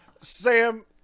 Sam